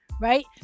right